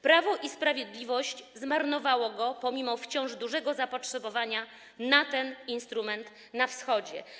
Prawo i Sprawiedliwość zmarnowało go mimo wciąż dużego zapotrzebowania na ten instrument na Wschodzie.